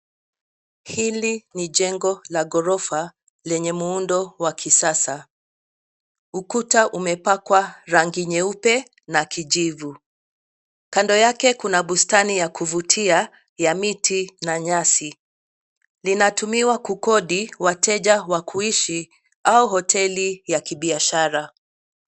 Hili ni jengo la ghorofa lenye muundo wa kisasa. Ukuta umepakwa rangi nyeupe na kijivu. Kando yake kuna bustani ya kuvutia ya miti na nyasi. Linatumiwa kukodi wateja wa kuishi au hoteli ya kibiashara.